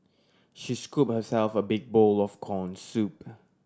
she scoop herself a big bowl of corn soup